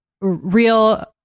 Real